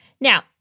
Now